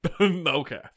Okay